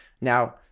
Now